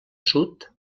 sud